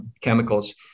chemicals